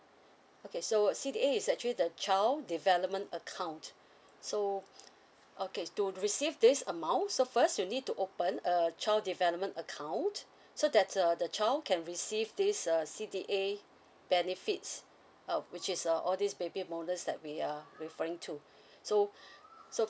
okay so C_D_A is actually the child development account so okay to receive this amount so first you need to open a child development account so that's err the child can receive this err C_D_A benefits err which is err all this baby bonus that we are referring to so so